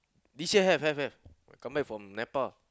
this year have have have when I come back from Nepal